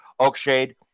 Oakshade